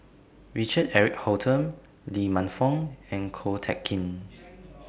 Richard Eric Holttum Lee Man Fong and Ko Teck Kin